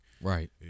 right